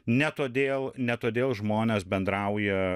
ne todėl ne todėl žmonės bendrauja